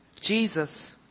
Jesus